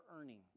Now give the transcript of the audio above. earning